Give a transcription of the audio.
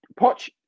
poch